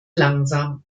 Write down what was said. langsam